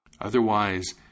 Otherwise